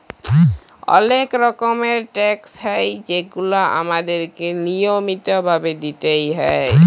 অলেক রকমের ট্যাকস হ্যয় যেগুলা আমাদেরকে লিয়মিত ভাবে দিতেই হ্যয়